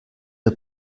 der